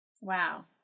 Wow